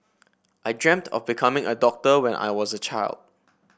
I dreamt of becoming a doctor when I was a child